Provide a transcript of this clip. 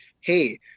hey